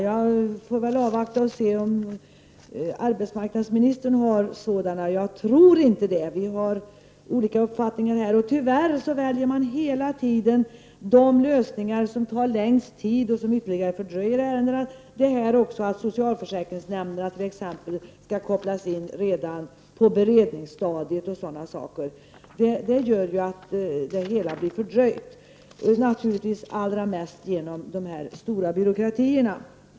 Jag får väl avvakta och se om arbetsmarknadsministern har några argument, men jag tror inte det. Vi har olika uppfattningar. Hela tiden väljer man tyvärr de lösningar som kräver den längsta tiden och som ytterligare fördröjer ärendenas behandling, t.ex. att socialförsäkringsnämnderna skall kopplas in på beredningsstadiet. Sådant gör att det hela blir fördröjt, naturligtvis allra mest på grund av de stora byråkratierna.